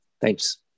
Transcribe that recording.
Thanks